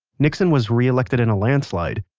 nixon was reelected in a landslide.